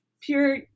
pure